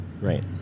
right